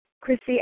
Chrissy